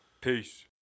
Peace